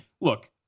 look